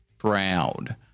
shroud